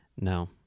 No